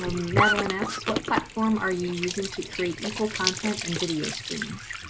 ah madeline asks what platform, are you using to create equal content and video screens.